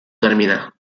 termina